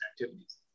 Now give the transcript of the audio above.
activities